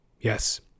Yes